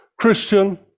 Christian